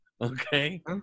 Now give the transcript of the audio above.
okay